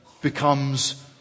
becomes